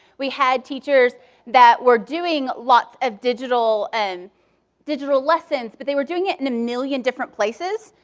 we had teachers that were doing lots of digital and digital lessons, but they were doing it in a million different places.